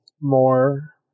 more